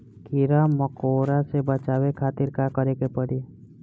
कीड़ा मकोड़ा से बचावे खातिर का करे के पड़ी?